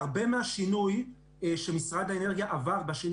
הרבה מהשינוי שמשרד האנרגיה עבר בשנים